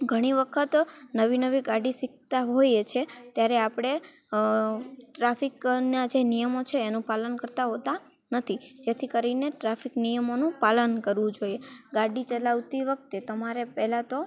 ઘણી વખત નવી નવી ગાડી શીખતા હોઈએ છે ત્યારે આપણે ટ્રાફિકના જે નિયમો છે એનું પાલન કરતા હોતા નથી જેથી કરીને ટ્રાફિક નિયમોનું પાલન કરવું જોઈએ ગાડી ચલાવતી વખતે તમારે પહેલાં તો